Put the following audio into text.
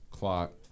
Clock